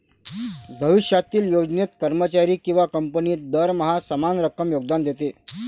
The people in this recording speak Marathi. भविष्यातील योजनेत, कर्मचारी किंवा कंपनी दरमहा समान रक्कम योगदान देते